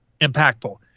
impactful